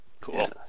Cool